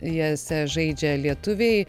jose žaidžia lietuviai